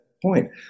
Point